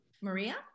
Maria